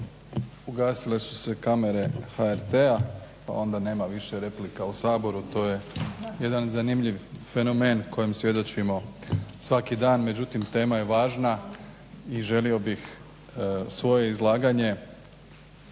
ugasile su se kamere HRT-a pa onda nema više replika u Saboru. To je jedan zanimljiv fenomen kojem svjedočimo svaki dan. Međutim tema je važna i želio bih svoje izlaganje